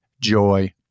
joy